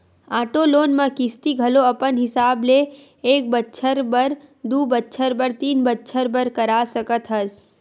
auto loan म किस्ती घलो अपन हिसाब ले एक बछर बर, दू बछर बर, तीन बछर बर करा सकत हस